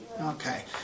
Okay